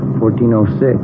1406